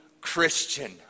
Christian